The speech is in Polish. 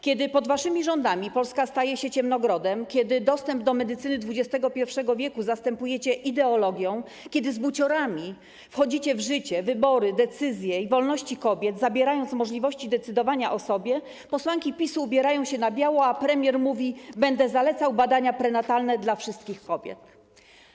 Kiedy pod waszymi rządami Polska staje się ciemnogrodem, kiedy dostęp do medycyny XXI w. zastępujecie ideologią, kiedy z buciorami wchodzicie w życie, wybory, decyzje i wolności kobiet, zabierając im możliwości decydowania o sobie, posłanki PiS ubierają się na biało, a premier mówi: Będę zalecał wprowadzenie badań prenatalnych dla wszystkich kobiet.